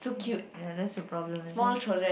ya that's the problem that's why